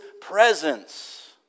presence